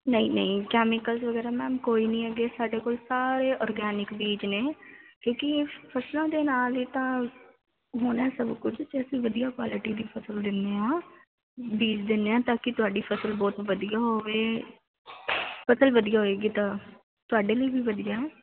ਨਹੀਂ ਨਹੀਂ ਕੈਮੀਕਲਸ ਵਗੈਰਾ ਮੈਮ ਕੋਈ ਨਹੀਂ ਹੈਗੇ ਸਾਡੇ ਕੋਲ ਸਾਰੇ ਔਰਗੈਨਿਕ ਬੀਜ ਨੇ ਕਿਉਂਕਿ ਇਹ ਫਸਲਾਂ ਦੇ ਨਾਲ ਹੀ ਤਾਂ ਹੋਣਾ ਸਭ ਕੁਝ ਜੇ ਅਸੀਂ ਵਧੀਆ ਕੁਆਲਿਟੀ ਦੀ ਫਸਲ ਦਿੰਦੇ ਹਾਂ ਬੀਜ ਦਿੰਦੇ ਹਾਂ ਤਾਂ ਕਿ ਤੁਹਾਡੀ ਫਸਲ ਬਹੁਤ ਵਧੀਆ ਹੋਵੇ ਫਸਲ ਵਧੀਆ ਹੋਵੇਗੀ ਤਾਂ ਤੁਹਾਡੇ ਲਈ ਵੀ ਵਧੀਆ